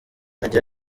agira